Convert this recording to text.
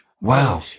wow